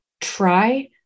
try